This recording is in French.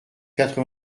quatre